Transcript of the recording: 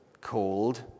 called